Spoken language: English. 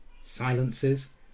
silences